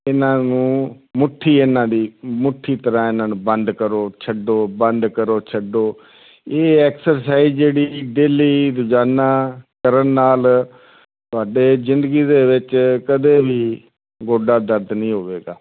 ਇਹਨਾਂ ਨੂੰ ਮੁੱਠੀ ਇਹਨਾਂ ਦੀ ਮੁੱਠੀ ਤਰ੍ਹਾਂ ਇਹਨਾਂ ਨੂੰ ਬੰਦ ਕਰੋ ਛੱਡੋ ਬੰਦ ਕਰੋ ਛੱਡੋ ਇਹ ਐਕਸਰਸਾਈਜ਼ ਜਿਹੜੀ ਡੇਲੀ ਰੋਜ਼ਾਨਾ ਕਰਨ ਨਾਲ ਤੁਹਾਡੀ ਜ਼ਿੰਦਗੀ ਦੇ ਵਿੱਚ ਕਦੇ ਵੀ ਗੋਡਾ ਦਰਦ ਨਹੀਂ ਹੋਵੇਗਾ